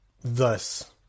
thus